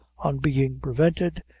on being prevented,